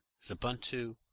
Zubuntu